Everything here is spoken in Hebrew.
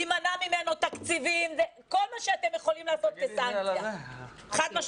יימנעו ממנו תקציבים וכל מה שאתם יכולים לקבוע כסנקציה חד-משמעית.